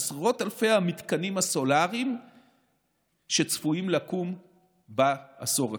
עשרות אלפי המתקנים הסולריים שצפויים לקום בעשור הקרוב.